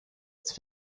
its